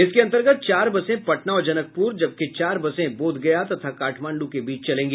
इसके अन्तर्गत चार बसे पटना और जनकप्र जबकि चार बसें बोधगया तथा काठमांडू के बीच चलेगी